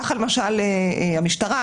כך למשל המשטרה,